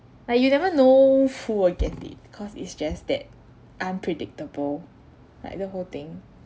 like you never know who will get it cause it's just that unpredictable like the whole thing